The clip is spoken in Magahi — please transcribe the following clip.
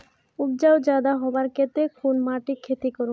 उपजाऊ ज्यादा होबार केते कुन माटित खेती करूम?